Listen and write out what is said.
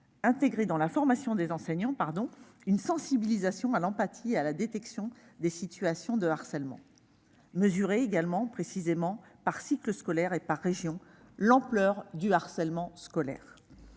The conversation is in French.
intégrer dans la formation des enseignants une sensibilisation à l'empathie et à la détection des situations de harcèlement ; mesurer précisément par cycle scolaire et par région l'ampleur du harcèlement scolaire.